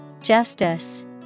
Justice